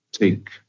take